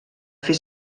fer